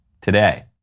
today